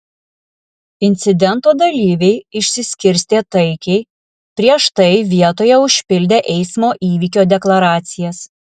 incidento dalyviai išsiskirstė taikiai prieš tai vietoje užpildę eismo įvykio deklaracijas